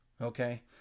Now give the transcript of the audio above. okay